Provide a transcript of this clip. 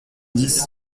dix